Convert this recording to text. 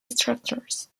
structures